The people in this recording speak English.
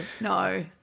no